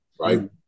Right